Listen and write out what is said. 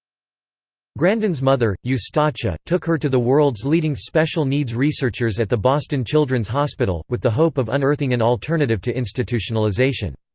grandin's mother, eustacia, took her to the world's leading special needs researchers at the boston children's hospital, with the hope of unearthing an alternative to institutionalization.